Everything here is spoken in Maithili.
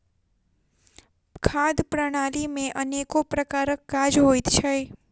खाद्य प्रणाली मे अनेको प्रकारक काज होइत छै